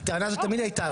הטענה הזאת תמיד הייתה,